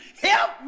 Help